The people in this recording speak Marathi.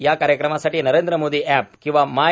या कार्यक्रमासाठी नरेंद्र मोदी अँप किंवा माय